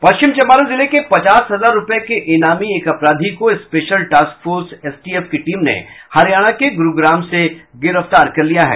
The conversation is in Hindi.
पश्चिम चम्पारण जिले के पचास हजार रूपये इनामी एक अपराधी को स्पेशल टॉस्क फोर्स एसटीएफ की टीम ने हरियाणा के गुरुग्राम से गिरफ्तार कर लिया है